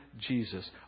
Jesus